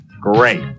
Great